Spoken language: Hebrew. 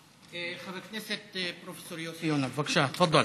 חבר הכנסת פרופ' יוסי יונה, בבקשה, תפדל.